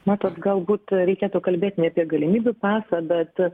matot galbūt reikėtų kalbėt ne apie galimybių pasą bet